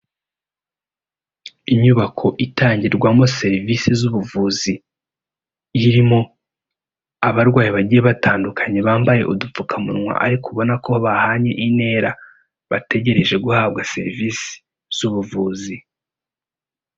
Inyubako itangirwamo serivisi z'ubuvuzi, irimo abarwayi bagiye batandukanye bambaye udupfukamunwa ariko ubona ko bahanye intera, bategereje guhabwa serivisi z'ubuvuzi.